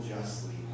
justly